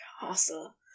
castle